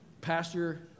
Pastor